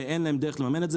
ואין להם דרך לממן את זה,